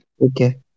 okay